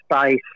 space